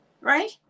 right